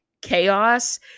chaos